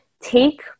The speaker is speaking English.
take